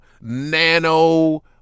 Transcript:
nano